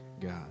God